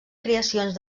creacions